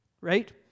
right